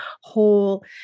whole